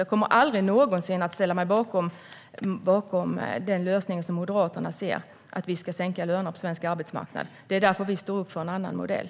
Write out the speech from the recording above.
Jag kommer aldrig någonsin att ställa mig bakom den lösning som Moderaterna ser - att vi ska sänka lönerna på svensk arbetsmarknad. Det är därför vi står upp för en annan modell.